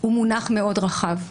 הוא מונח מאוד רחב,